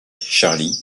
charlie